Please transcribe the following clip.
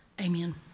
Amen